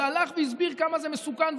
והלך והסביר כמה זה מסוכן,